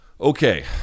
Okay